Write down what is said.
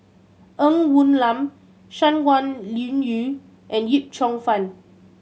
Ng Woon Lam Shangguan Liuyun and Yip Cheong Fun